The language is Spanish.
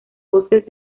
bosques